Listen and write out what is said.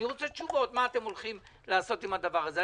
אני רוצה תשובות מה אתם הולכים לעשות עם הדבר הזה.